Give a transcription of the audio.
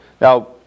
Now